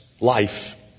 life